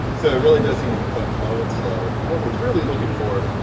so it really does need to be cooked low and slow. what we're really looking for,